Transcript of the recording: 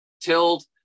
tilled